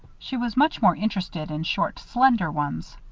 she was much more interested in short, slender ones.